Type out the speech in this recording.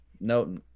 no